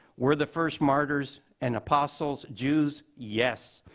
were the first martyrs and apostles jews? yes.